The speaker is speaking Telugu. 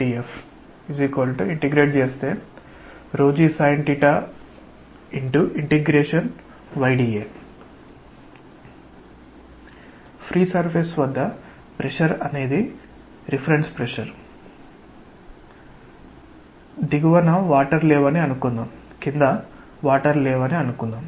so dF gy Sin dA FdF g Sin Ay dA free surface వద్ద ప్రెషర్ అనేది రిఫరెన్స్ ప్రెషర్ దిగువన వాటర్ లేవని అనుకుందాం